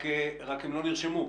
רק שהם לא נרשמו.